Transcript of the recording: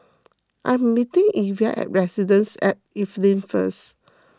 I am meeting Iva at Residences at Evelyn first